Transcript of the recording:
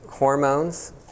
Hormones